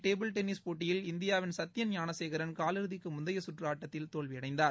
table tennis போட்டியில் இந்தியாவின் சத்தியன் ஞானசேகரன் கால் உலகக்கோப்பை இறுதிக்கு முந்தைய சுற்ற ஆட்டத்தில் தோல்வியடைந்தார்